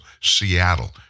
Seattle